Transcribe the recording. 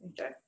Okay